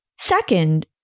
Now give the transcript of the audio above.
Second